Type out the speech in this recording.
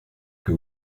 que